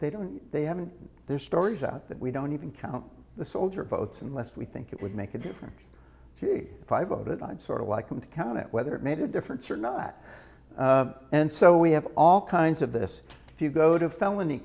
they don't they haven't their stories out that we don't even count the soldier votes unless we think it would make a difference five a bit i'd sort of like them to count whether it made a difference or not and so we have all kinds of this if you go to felony